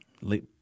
Late